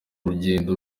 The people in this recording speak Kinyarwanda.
rugendo